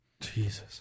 Jesus